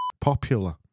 popular